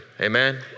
Amen